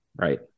Right